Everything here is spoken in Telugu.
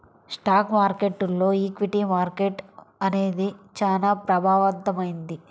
స్టాక్ మార్కెట్టులో ఈక్విటీ మార్కెట్టు అనేది చానా ప్రభావవంతమైంది